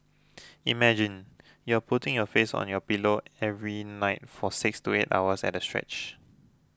imagine you're putting your face on your pillow every night for six to eight hours at a stretch